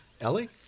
Ellie